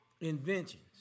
inventions